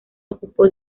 ocupó